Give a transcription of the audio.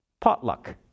potluck